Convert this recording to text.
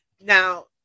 Now